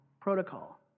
protocol